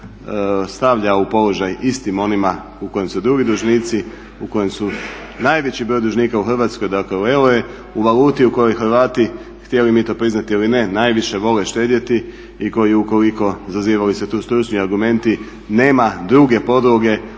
uzeli stavlja u položaj istim onima u kojem su drugi dužnici, u kojem je najveći broj dužnika u Hrvatskoj dakle u eure, u valuti u kojoj Hrvati htjeli mi to priznati ili ne najviše vole štedjeti. I koji ukoliko, zazivali se stručni argumenti, nema druge podloge